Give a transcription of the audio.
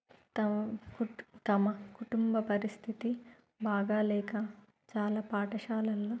తమ కుటుంబ తమ కుటుంబ పరిస్థితి బాగా లేక చాలా పాఠశాలల్లో